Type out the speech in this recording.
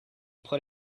put